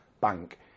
bank